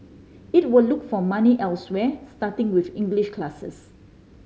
it will look for money elsewhere starting with English classes